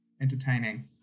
entertaining